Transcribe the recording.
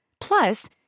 Plus